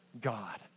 God